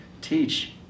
teach